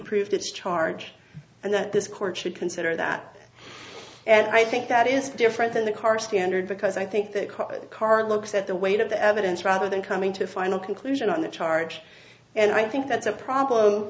proved its charge and that this court should consider that and i think that is different than the car standard because i think the car looks at the weight of the evidence rather than coming to a final conclusion on that charge and i think that's a problem